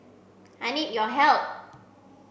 I need your help